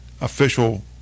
official